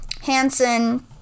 Hansen